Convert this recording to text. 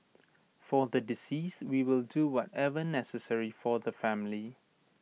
for the deceased we will do whatever necessary for the family